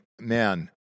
man